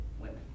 women